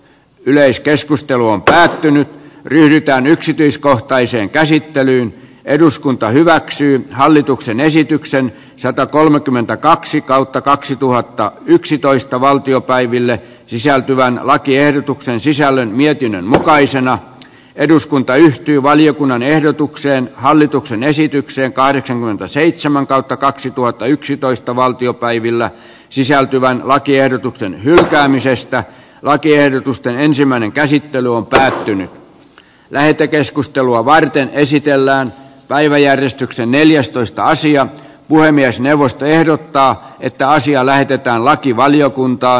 yleiskeskustelu on päättynyt pyritään yksityiskohtaiseen käsittelyyn eduskunta hyväksyi hallituksen esityksen satakolmekymmentäkaksi kautta kaksituhatta yksitoista valtiopäivillä sisältyvän lakiehdotuksen sisällä mietinnön mukaisena eduskunta yhtyi valiokunnan ehdotukseen hallituksen esitykseen kahdeksankymmentäseitsemän kautta kaksituhattayksitoista valtiopäivillä sisältyvän lakiehdotuksen hylkäämisestä lakiehdotusten ensimmäinen käsittely on täytynyt lähetekeskustelua varten esitellään päiväjärjestyksen neljästoista sija puhemiesneuvosto ehdottaa että asiaa lähdetään lakivaliokuntaa